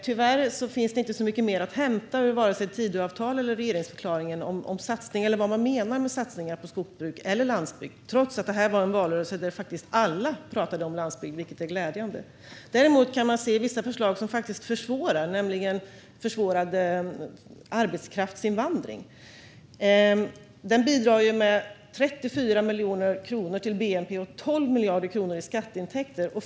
Tyvärr finns det inte så mycket mer att hämta i vare sig Tidöavtalet eller regeringsförklaringen om satsningen eller vad man menar med satsningen på skogsbruk eller landsbygd trots att detta var en valrörelse där alla talade om landsbygd, vilket är glädjande. Däremot kan man se vissa förslag som försvårar. Det gäller försvårad arbetskraftsinvandring. Den bidrar med 34 miljarder kronor till bnp och 12 miljarder kronor i skatteintäkter.